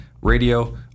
radio